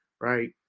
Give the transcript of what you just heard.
right